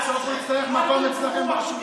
בסוף הוא יצטרך מקום אצלכם ברשימה.